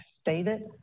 stated